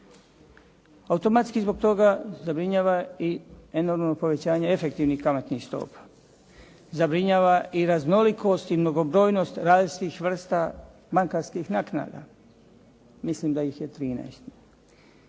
Automatski zbog toga zabrinjava i enormno povećanje efektivnih kamatnih stopa, zabrinjava i raznolikost i mnogobrojnost različitih vrsta bankarskih naknada, mislim da ih je 13.